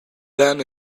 than